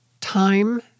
time